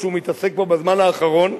שהוא מתעסק בו בזמן האחרון.